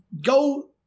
go